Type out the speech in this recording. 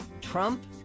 Trump